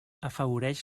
afavoreix